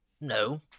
No